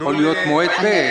יכול להיות מועד ב',